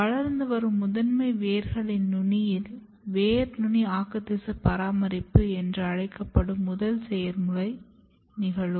வளர்ந்து வரும் முதன்மை வேர்களின் நுனியில் வேர் நுனி ஆக்குத்திசு பராமரிப்பு என்று அழைக்கப்படும் முதல் செயல்முறை நிகழும்